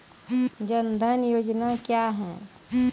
जन धन योजना क्या है?